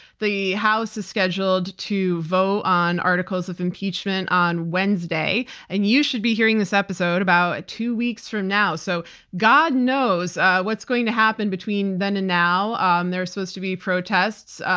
the house is scheduled to vote on articles of impeachment on wednesday and you should be hearing this episode about two weeks from now. so god knows what's going to happen between then and now. and there's supposed to be protests.